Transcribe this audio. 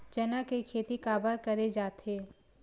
चना के खेती काबर करे जाथे?